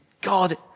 God